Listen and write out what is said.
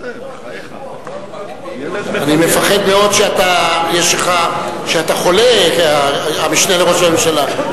אני פוחד מאוד שאתה חולה, המשנה לראש הממשלה.